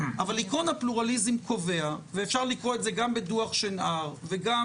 אבל עיקרון הפלורליזם קובע ואפשר לקרוא את זה גם בדוח שנהר וגם